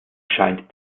scheint